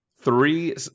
three